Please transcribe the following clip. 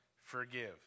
forgive